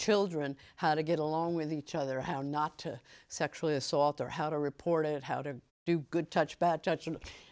children how to get along with each other how not to sexually assault or how to report it how to do good touch bad touch